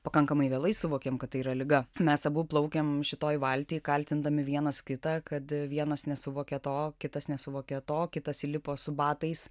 pakankamai vėlai suvokėm kad tai yra liga mes abu plaukiam šitoj valty kaltindami vienas kitą kad vienas nesuvokia to kitas nesuvokia to kitas įlipo su batais